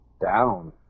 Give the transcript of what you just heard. down